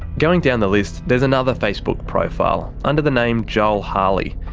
going down the list there's another facebook profile under the name joel harley.